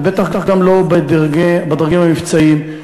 ובטח גם לא בדרגים המבצעיים.